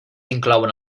inclouen